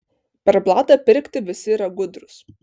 per blatą pirkti visi yra gudrūs